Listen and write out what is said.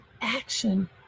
action